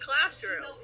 Classroom